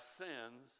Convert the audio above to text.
sins